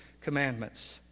commandments